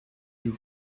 you